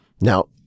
Now